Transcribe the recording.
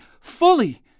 fully